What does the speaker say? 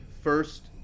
first